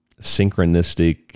synchronistic